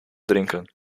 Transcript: drinken